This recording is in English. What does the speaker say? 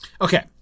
Okay